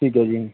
ਠੀਕ ਹੈ ਜੀ